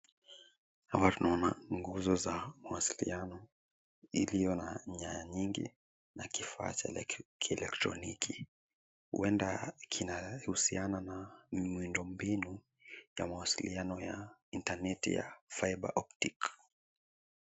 Hapa tunaona nguzo za mawasiliano iliyo na nyaya nyingi na kifaa cha kielektroniki. Huenda kinahusiana na miundo mbinu ya mawasiliano ya intaneti ya fiber optic .